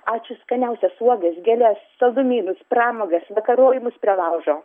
ačiū skaniausias uogas gėles saldumynus pramogas vakarojimus prie laužo